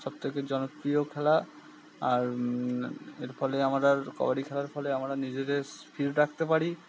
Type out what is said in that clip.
সব থেকে জনপ্রিয় খেলা আর এর ফলে আমরা কবাডি খেলার ফলে আমরা নিজেদের ফিট রাখতে পারি